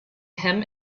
him